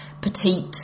petite